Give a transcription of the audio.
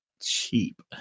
cheap